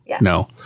No